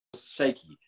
shaky